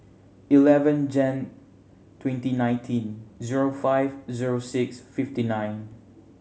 eleven Jan twenty nineteen zero five zero six fifty nine